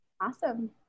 Awesome